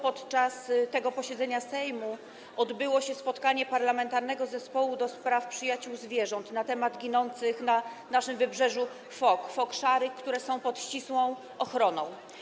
Podczas tego posiedzenia Sejmu odbyło się spotkanie Parlamentarnego Zespołu Przyjaciół Zwierząt na temat ginących na naszym wybrzeżu fok szarych, które są pod ścisłą ochroną.